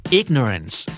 ignorance